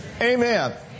Amen